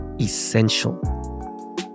Essential